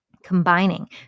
combining